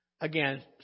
again